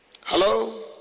Hello